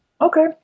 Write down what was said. okay